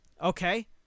Okay